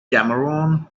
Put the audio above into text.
cameroon